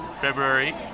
February